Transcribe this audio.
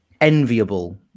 enviable